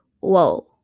whoa